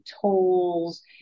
tools